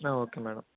okay madam